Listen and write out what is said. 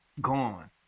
gone